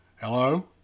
Hello